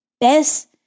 best